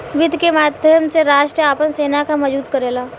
वित्त के माध्यम से राष्ट्र आपन सेना के मजबूत करेला